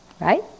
Right